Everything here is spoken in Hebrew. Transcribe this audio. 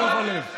כואב הלב.